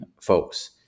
folks